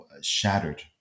shattered